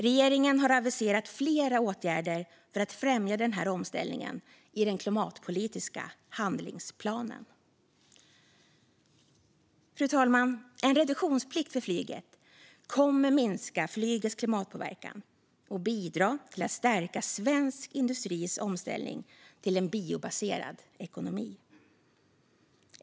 Regeringen har aviserat flera åtgärder för att främja denna omställning i den klimatpolitiska handlingsplanen. Fru talman! En reduktionsplikt för flyget kommer att minska flygets klimatpåverkan och bidra till att stärka svensk industris omställning till en biobaserad ekonomi.